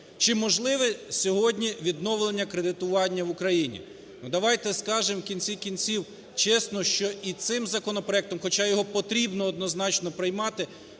Чи можливе сьогодні відновлення кредитування в Україні? Ну давайте скажемо, в кінці кінців, чесно, що і цим законопроектом, хоча його потрібно однозначно приймати,